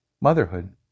motherhood